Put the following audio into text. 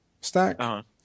stack